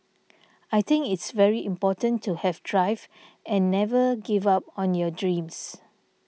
I think it's very important to have drive and never give up on your dreams